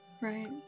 Right